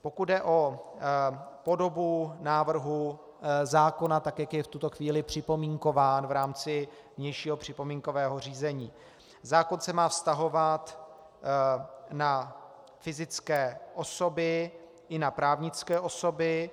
Pokud jde o podobu návrhu zákona, tak jak je v tuto chvíli připomínkován v rámci vnějšího připomínkového řízení, zákon se má vztahovat na fyzické osoby i na právnické osoby.